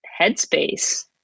headspace